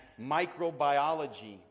microbiology